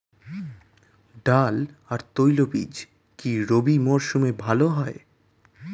ডাল আর তৈলবীজ কি রবি মরশুমে ভালো হয়?